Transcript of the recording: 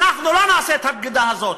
אנחנו לא נעשה את הבגידה הזו.